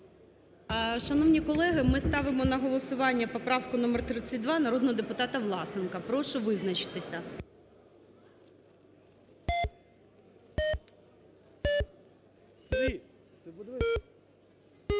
Шановні колеги, ми ставимо на голосування поправку номер 32 народного депутата Власенка. Прошу визначитися.